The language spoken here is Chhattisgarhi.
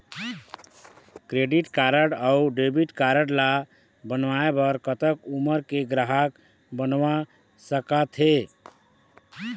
क्रेडिट कारड अऊ डेबिट कारड ला बनवाए बर कतक उमर के ग्राहक बनवा सका थे?